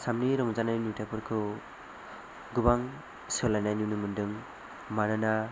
आसामनि रंजानाय नुथायफोरखौ गोबां सोलायनाय नुनो मोनदों मानोना